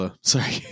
Sorry